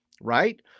right